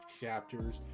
chapters